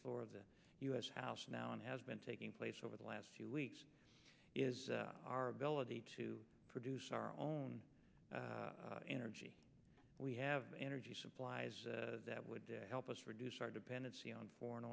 floor of the u s house now and has been taking place over the last few weeks is our ability to produce our own energy we have energy supplies that would help us reduce our dependency on foreign